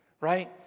Right